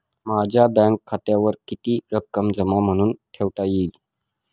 माझ्या बँक खात्यावर किती रक्कम जमा म्हणून ठेवता येईल?